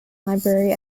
library